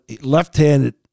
Left-handed